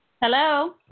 Hello